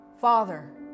father